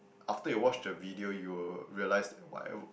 after you watch the video you will realise what that